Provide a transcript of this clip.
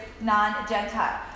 non-Gentile